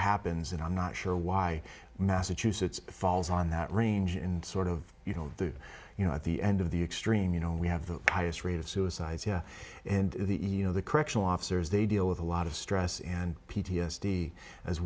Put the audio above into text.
happens that i'm not sure why massachusetts falls on that range and sort of you know the you know at the end of the extreme you know we have the highest rate of suicides here and you know the correctional officers they deal with a lot of stress and p t s d as